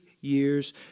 years